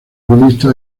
budista